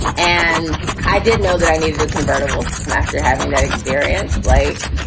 and i didn't know that i needed a convertible after having that experience. like,